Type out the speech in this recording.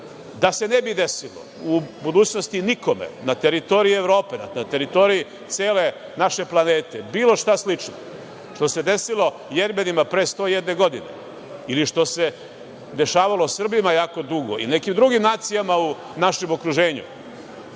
se ne bi desilo u budućnosti nikome na teritoriji Evrope, na teritoriji cele naše planete, bilo šta slično što se desilo Jermenima pre 101 godine ili što se dešavalo Srbima jako dugo, i nekim drugim nacijama u našem okruženju,